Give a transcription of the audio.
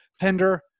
Pender